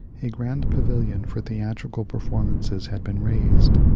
a grand pavilion for theatrical performances had been raised,